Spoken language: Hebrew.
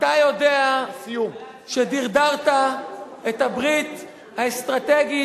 אתה יודע שדרדרת את הברית האסטרטגית,